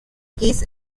kiss